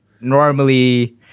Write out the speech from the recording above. normally